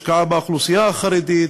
השקעה באוכלוסייה החרדית